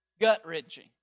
Gut-wrenching